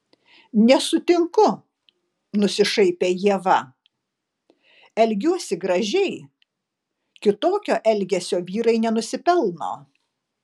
nesutinku nusišaipė ieva elgiuosi gražiai kitokio elgesio vyrai nenusipelno